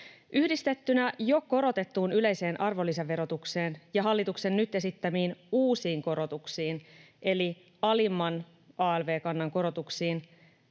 Yhdistettynä jo korotettuun yleiseen arvonlisäverotukseen ja hallituksen nyt esittämiin uusiin korotuksiin, eli alimman alv-kannan korotuksiin,